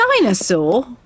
Dinosaur